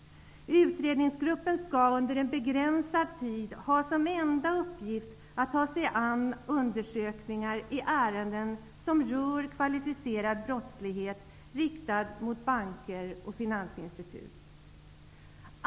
Utredningsgruppen skall under en begränsad tid ha som enda uppgift att ta sig an undersökningar i ärenden som rör kvalificerad brottslighet riktad mot banker och finansinstitut.